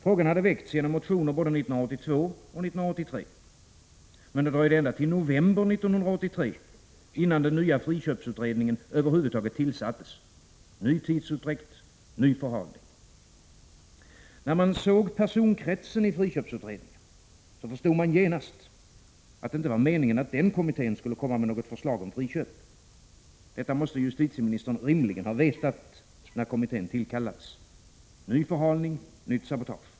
Frågan hade väckts genom motioner både 1982 och 1983. Men det dröjde ända till november 1983 innan den nya friköpsutredningen över huvud taget — Prot. 1986/87:89 tillsattes. Ny tidsutdräkt, ny förhalning. 18 mars 1987 När man såg personkretsen i friköpsutredningen förstod man genast att det inte var meningen att den kommittén skulle komma med något förslag om friköp. Detta måste justitieministern rimligen ha vetat när kommittén tillkallades. Ny förhalning, nytt sabotage.